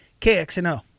KXNO